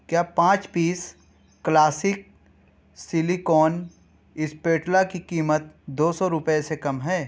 کیا پانچ piece classic silicone spatula کی قیمت دو سو روپئے سے کم ہے